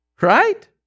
right